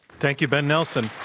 thank you, ben nelson.